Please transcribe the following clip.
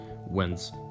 wins